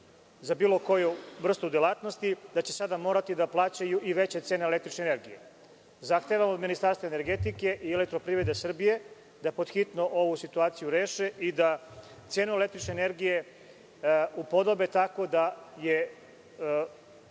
za bilo koju vrstu delatnosti, da će sada morati da plaćaju i veće cene električne energije? Zahtevam od Ministarstva energetike i „Elektroprivrede Srbije“ da pod hitno ovu situaciju reše i da cenu električne energije upodobe tako da je